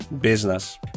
business